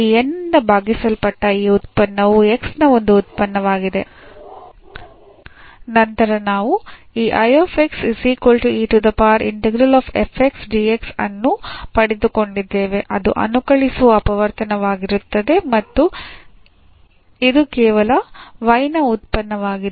ಈ N ನಿಂದ ಭಾಗಿಸಲ್ಪಟ್ಟ ಈ ಉತ್ಪನ್ನವು x ನ ಒಂದು ಉತ್ಪನ್ನವಾಗಿದೆ ನಂತರ ನಾವು ಈ ಅನ್ನು ಪಡೆದುಕೊಂಡಿದ್ದೇವೆ ಅದು ಅನುಕಲಿಸುವ ಅಪವರ್ತನವಾಗಿರುತ್ತದೆ ಮತ್ತು ಇದು ಕೇವಲ y ನ ಉತ್ಪನ್ನವಾಗಿದೆ